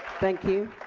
thank you.